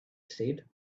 said